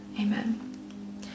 Amen